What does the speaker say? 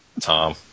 Tom